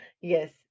Yes